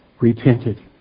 repented